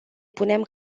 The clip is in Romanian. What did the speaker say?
punem